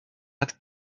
hat